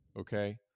okay